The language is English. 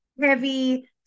heavy